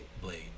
blade